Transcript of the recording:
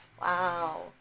Wow